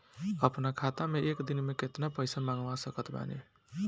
अपना खाता मे एक दिन मे केतना पईसा मँगवा सकत बानी?